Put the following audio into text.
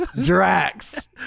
Drax